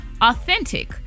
authentic